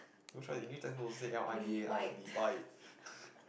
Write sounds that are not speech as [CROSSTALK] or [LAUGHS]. no choice English textbook also say L I B A I Li-Bai [LAUGHS]